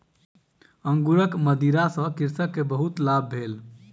अंगूरक मदिरा सॅ कृषक के बहुत लाभ भेल